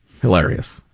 Hilarious